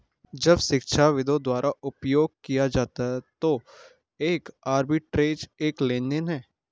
जब शिक्षाविदों द्वारा उपयोग किया जाता है तो एक आर्बिट्रेज एक लेनदेन है